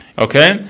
Okay